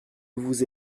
vous